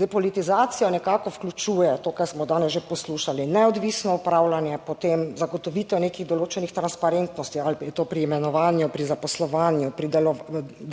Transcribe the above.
depolitizacija nekako vključuje, to, kar smo danes že poslušali, neodvisno upravljanje, potem zagotovitev nekih določenih transparentnosti, ali je to pri imenovanju, pri zaposlovanju, pri